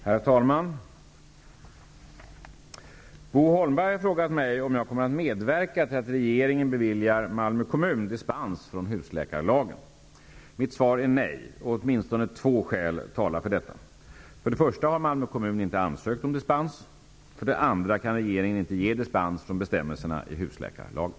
Herr talman! Bo Holmberg har frågat mig om jag kommer att medverka till att regeringen beviljar Mitt svar är nej, och åtminstone två skäl talar för detta. För det första har Malmö kommun inte ansökt om dispens. För det andra kan regeringen inte ge dispens från bestämmelserna i husläkarlagen.